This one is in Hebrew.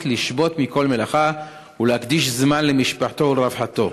לשבות מכל מלאכה ולהקדיש זמן למשפחתו ולרווחתו.